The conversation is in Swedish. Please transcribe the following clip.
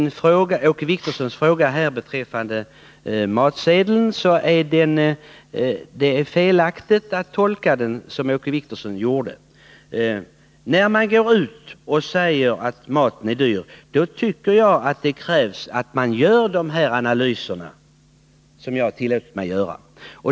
Vad sedan gäller Åke Wictorssons fråga beträffande matsedeln vill jag framhålla att det är felaktigt att tolka den så som han gjorde. När man går ut och säger att maten är dyr, då krävs det, tycker jag, att man gör de analyser som jag tillät mig göra.